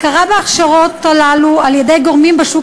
הכרה בהכשרות האלה על-ידי גורמים בשוק